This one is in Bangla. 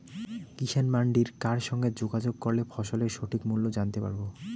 কিষান মান্ডির কার সঙ্গে যোগাযোগ করলে ফসলের সঠিক মূল্য জানতে পারবো?